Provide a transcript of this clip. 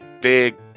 big